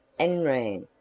and ran,